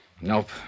Nope